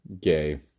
gay